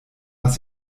was